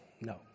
No